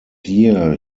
year